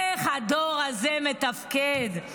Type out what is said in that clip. איך הדור הזה מתפקד.